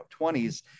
20s